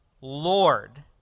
Lord